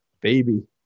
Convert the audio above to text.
baby